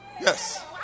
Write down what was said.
yes